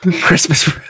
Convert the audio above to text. Christmas